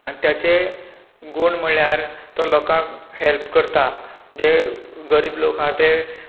त्याचे गूण म्हळ्यार तो लोकांक हेल्प करता जे गरीब लोक हा ते